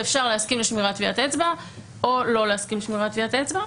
שאפשר להסכים לשמירת טביעת אצבע או לא להסכים לשמירת טביעת אצבע.